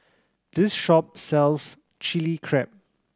this shop sells Chili Crab